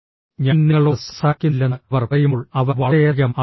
ഞാൻ നിങ്ങളോട് സംസാരിക്കുന്നില്ലെന്ന് അവർ പറയുമ്പോൾ അവർ വളരെയധികം അർത്ഥമാക്കുന്നു